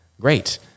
great